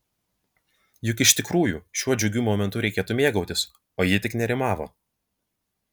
juk iš tikrųjų šiuo džiugiu momentu reikėtų mėgautis o ji tik nerimavo